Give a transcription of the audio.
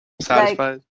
satisfied